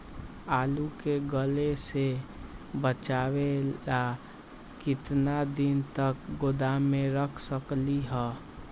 आलू के गले से बचाबे ला कितना दिन तक गोदाम में रख सकली ह?